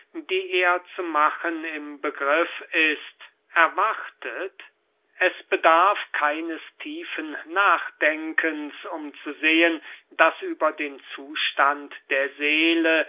die er zu machen im begriff ist erwartet es bedarf keines tiefen nachdenkens um zu sehen daß über den zustand der seele